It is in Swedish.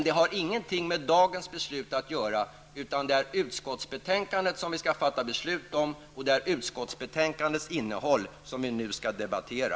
Det har ingenting med dagens beslut att göra, utan det är utskottets förslag som vi nu skall behandla och fatta beslut om, och det är utskottsförslagets innehåll som vi nu skall debattera.